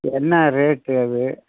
என்ன ரேட்டு அது